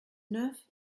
neuf